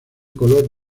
color